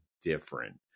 different